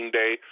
day